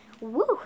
Woo